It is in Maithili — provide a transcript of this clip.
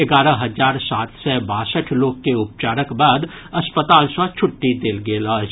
एगारह हजार सात सय बासठ लोक के उपचारक बाद अस्पताल सॅ छुट्टी देल गेल अछि